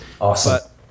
Awesome